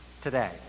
today